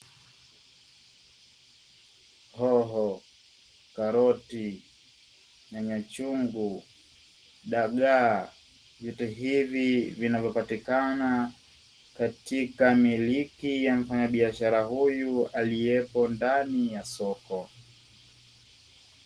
Hoho, karoti, nyanyachungu, dagaa, vyote hivi vinavyopatikana katika miliki ya mfanyabiashara huyu aliyeko ndani ya soko.